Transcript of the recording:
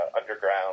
underground